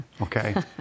okay